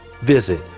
Visit